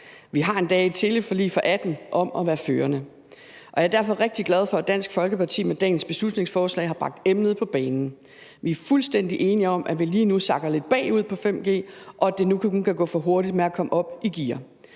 Vi har endda et teleforlig fra 2018 om at være førende, og jeg er derfor rigtig glad for, at Dansk Folkeparti med dagens beslutningsforslag har bragt emnet på banen. Vi er fuldstændig enige om, at vi lige nu sakker lidt bagud på 5G, og at det fra nu af kun kan gå for langsomt med at komme op i gear.